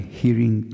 hearing